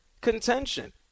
contention